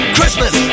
Christmas